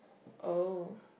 oh